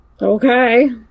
okay